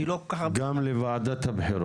אני לא כל כך הרבה גם לוועדת הבחירות,